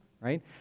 right